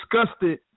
disgusted